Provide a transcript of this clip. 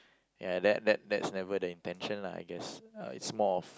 ya that that that's never the intention lah I guess uh it's more of